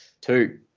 Two